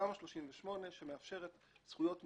על תמ"א 38 שמאפשרת זכויות מותנות,